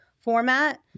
format